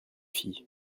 filles